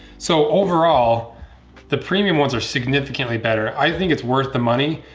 so overall the premium ones are significantly better. i think it's worth the money.